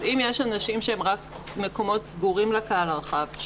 אם יש אנשים שהם במקומות הסגורים לקהל הרחב,